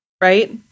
Right